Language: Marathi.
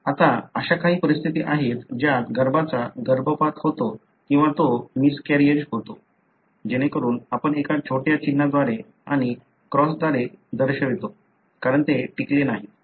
आता अशा काही परिस्थिती आहेत ज्यात गर्भाचा गर्भपात होतो किंवा तो मिसकॅरीएज होतो जेणेकरून आपण एका छोट्या चिन्हाद्वारे आणि क्रॉसद्वारे दर्शवतो कारण ते टिकले नाहीत